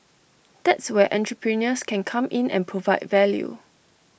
that's where entrepreneurs can come in and provide value